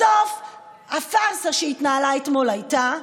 בסוף הפארסה שהתנהלה אתמול הייתה,